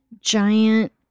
giant